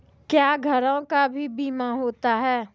क्या घरों का भी बीमा होता हैं?